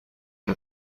que